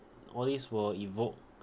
all these will evoke